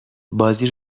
بازی